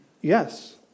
Yes